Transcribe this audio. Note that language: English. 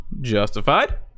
justified